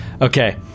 Okay